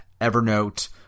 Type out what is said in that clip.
Evernote